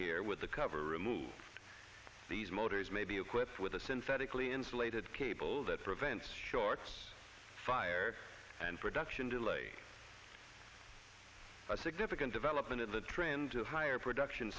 here with the cover removed these motors may be equipped with a synthetically insulated cable that prevents shorts fire and production delay a significant development of the trend of higher production